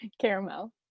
caramel